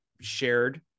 Shared